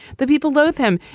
the people loathe him.